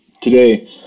today